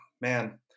man